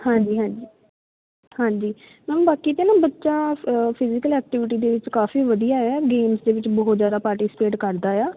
ਹਾਂਜੀ ਹਾਂਜੀ ਹਾਂਜੀ ਮੈਮ ਬਾਕੀ ਤਾਂ ਨਾ ਬੱਚਾ ਫਿਜ਼ੀਕਲ ਐਕਟੀਵਿਟੀ ਦੇ ਵਿੱਚ ਕਾਫ਼ੀ ਵਧੀਆ ਹੈ ਗੇਮਸ ਦੇ ਵਿੱਚ ਬਹੁਤ ਜ਼ਿਆਦਾ ਪਾਰਟੀਸਪੇਟ ਕਰਦਾ ਆ